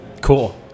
Cool